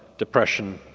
depression,